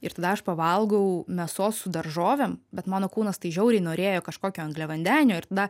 ir tada aš pavalgau mėsos su daržovėm bet mano kūnas tai žiauriai norėjo kažkokio angliavandenio ir tada